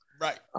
Right